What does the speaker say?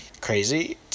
crazy